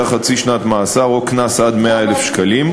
חצי שנת מאסר או קנס עד 100,000 שקלים,